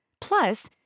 Plus